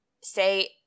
say